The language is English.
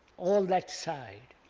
all that side,